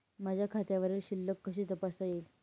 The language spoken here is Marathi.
माझ्या खात्यावरील शिल्लक कशी तपासता येईल?